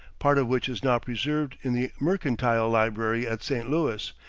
part of which is now preserved in the mercantile library at st. louis,